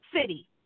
city